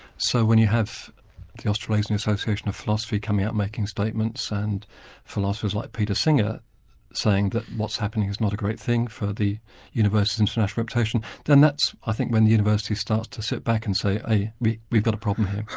so when you have the australasian association of philosophy coming out making statements, and philosophers like peter singer saying that what's happened is not a great thing for the university's international reputation, then that's i think, when the university starts to sit back and say, hey, we've we've got a problem here.